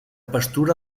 pastura